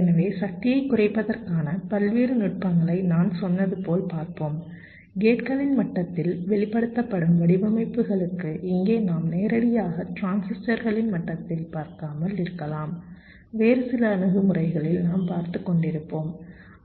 எனவே சக்தியைக் குறைப்பதற்கான பல்வேறு நுட்பங்களை நான் சொன்னது போல் பார்ப்போம் கேட்களின் மட்டத்தில் வெளிப்படுத்தப்படும் வடிவமைப்புகளுக்கு இங்கே நாம் நேரடியாக டிரான்சிஸ்டர்களின் மட்டத்தில் பார்க்காமல் இருக்கலாம் வேறு சில அணுகுமுறைகளில் நாம் பார்த்துக் கொண்டிருப்போம்